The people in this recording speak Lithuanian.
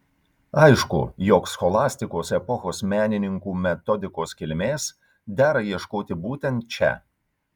aišku jog scholastikos epochos menininkų metodikos kilmės dera ieškoti būtent čia